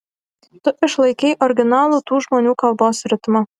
tu išlaikei originalų tų žmonių kalbos ritmą